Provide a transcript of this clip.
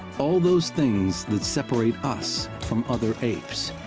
all those things that separate us from other apes.